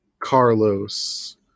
carlos